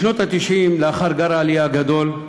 בשנות ה-90, לאחר גל העלייה הגדול,